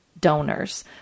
donors